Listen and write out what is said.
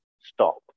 stop